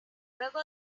luego